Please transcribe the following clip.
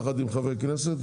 ביחד עם חברי כנסת,